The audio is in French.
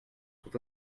sont